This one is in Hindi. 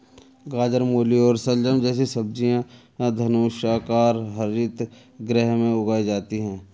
गाजर, मूली और शलजम जैसी सब्जियां धनुषाकार हरित गृह में उगाई जाती हैं